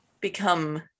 become